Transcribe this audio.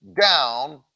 down